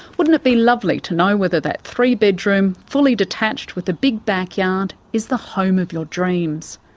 wouldn't it be lovely to know whether that three-bedroom, fully detached with a big backyard is the home of your dreams.